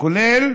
כולל